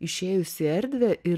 išėjus į erdvę ir